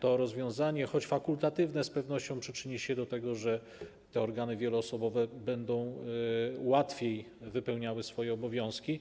to rozwiązanie, choć fakultatywne, z pewnością przyczyni się do tego, że te organy wieloosobowe będą łatwiej wypełniały swoje obowiązki.